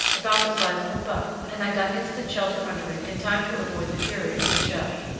about the size of a butt and i got instant shelter under it in time to avoid the fury of the shell.